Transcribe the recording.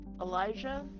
Elijah